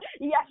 yes